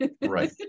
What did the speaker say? Right